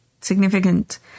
significant